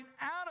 out